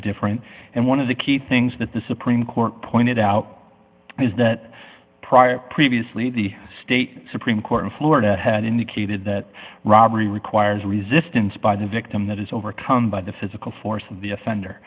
different and one of the key things that the supreme court pointed out is that prior previously the state supreme court of florida had indicated that robbery requires resistance by the victim that is overcome by the physical force of the offender